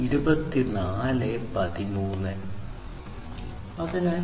അതിനാൽ IEEE 802